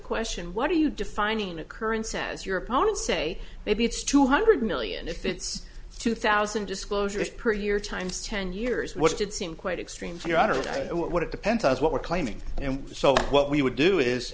question what do you define an occurrence as your opponents say maybe it's two hundred million if it's two thousand disclosures per year times ten years what did seem quite extreme fear i don't know what it depends on what we're claiming and so what we would do is